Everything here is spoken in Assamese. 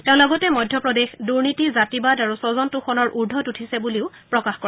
তেওঁ লগতে মধ্যপ্ৰদেশ দুৰ্ণীতি জাতিবাদ আৰু স্বজন তোষণৰ উৰ্দ্ধত উঠিছে বুলিও প্ৰকাশ কৰে